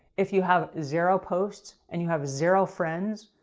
if you have zero posts, and you have zero friends,